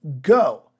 go